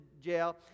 jail